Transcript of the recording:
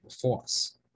force